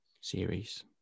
series